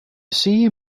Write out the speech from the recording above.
see